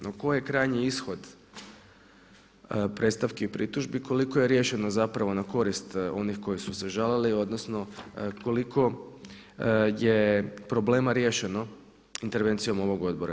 No, koji je krajnji ishod predstavki i pritužbi, koliko je riješeno zapravo na korist onih koji su žalili, odnosno koliko je problema riješeno intervencijom ovog odbora.